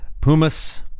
pumas